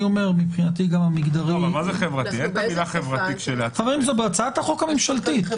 זה בהצעת החוק הממשלתית.